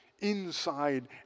inside